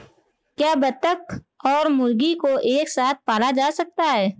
क्या बत्तख और मुर्गी को एक साथ पाला जा सकता है?